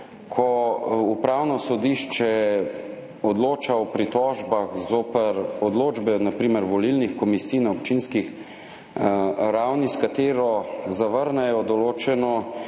ko Upravno sodišče odloča o pritožbah zoper odločbe na primer volilnih komisij na občinski ravni, s katerimi zavrnejo določeno